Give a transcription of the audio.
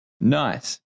Nice